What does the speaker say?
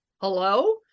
Hello